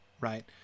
right